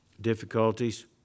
difficulties